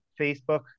Facebook